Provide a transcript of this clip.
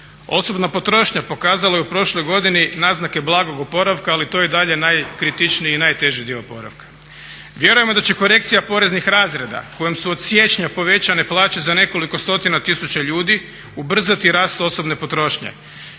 Osobna potrošnja pokazala je u prošloj godini naznake blagog oporavka ali to je i dalje najkritičniji i najteži dio oporavka. Vjerujemo da će korekcija poreznih razreda kojom su od siječnja povećane plaće za nekoliko stotina tisuća ljudi ubrzati osobne potrošnje.